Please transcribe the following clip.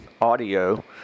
audio